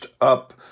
up